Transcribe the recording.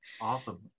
awesome